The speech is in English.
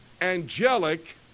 angelic